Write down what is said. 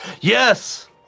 Yes